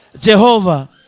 Jehovah